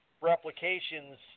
Replications